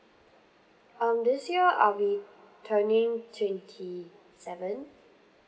um this year I'll be turning twenty seven